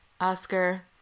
Oscar